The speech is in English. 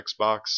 Xbox